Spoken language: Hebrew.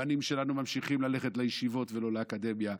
הבנים שלנו ממשיכים ללכת לישיבות ולא לאקדמיה.